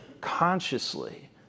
consciously